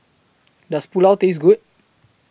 Does Pulao Taste Good